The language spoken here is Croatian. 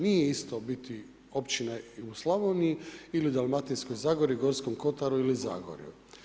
Nije isto biti općina i u Slavoniji ili u Dalmatinskoj zagori, Gorskom Kotaru ili Zagorju.